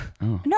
No